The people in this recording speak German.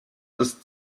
ist